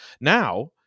Now